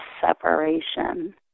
separation